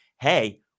hey